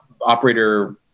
operator